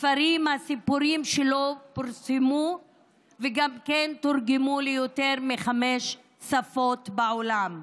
הספרים והסיפורים שלו פורסמו וגם תורגמו ליותר מחמש שפות בעולם.